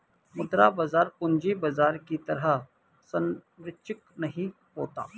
मुद्रा बाजार पूंजी बाजार की तरह सरंचिक नहीं होता